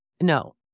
No